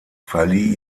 verlieh